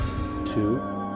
Two